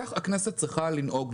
כך הכנסת צריכה לנהוג,